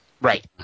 Right